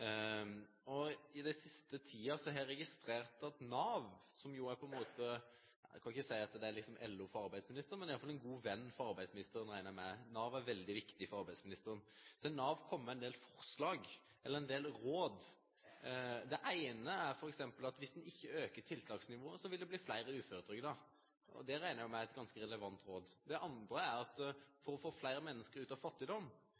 LO. I den siste tiden har jeg registrert at Nav – som jo på en måte er om ikke LO for arbeidsministeren, så iallfall en god venn for henne, regner jeg med, Nav er veldig viktig for arbeidsministeren – har kommet med en del råd. Det ene er f.eks. at hvis en ikke øker tiltaksnivået, vil det bli flere uføretrygdede. Det regner jeg med er et ganske relevant råd. Det andre er at for å få flere mennesker ut av fattigdom,